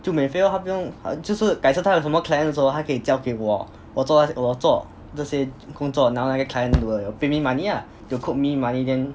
就免费咯他不用就是改次他有什么 clients hor 他可以交给我我做那些我做这些工作然后那个 client will pay me money ah they will quote me money then